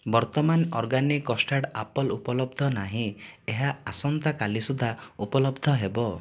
ବର୍ତ୍ତମାନ organic custard apple ଉପଲବ୍ଧ ନାହିଁ ଏହା ଆସନ୍ତା କାଲି ସୁଦ୍ଧା ଉପଲବ୍ଧ ହେବ